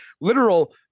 literal